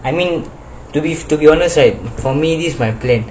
I mean to be to be honest right for me this is my plan